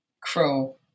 crow